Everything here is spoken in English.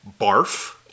Barf